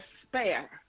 despair